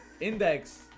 Index